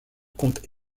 comte